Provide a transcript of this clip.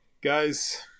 guys